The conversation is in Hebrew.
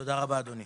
תודה רבה, אדוני.